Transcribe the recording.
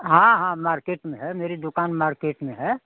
हाँ हाँ मार्केट में है मेरी दुकान मार्केट में है